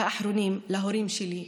ואחרונים, להורים שלי: